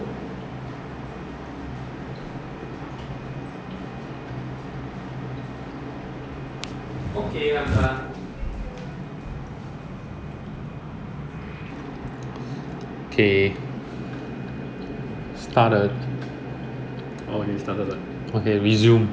I think trial ah if I were them ah I'll be like uh just evaluate the quality of the voice the clarity because there are people who maybe having a short tongue or actually couldn't speak properly then this kind of recording may not be a good